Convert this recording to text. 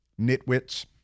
Nitwits